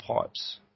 pipes